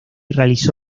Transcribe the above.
realizó